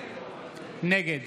נגד